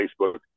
Facebook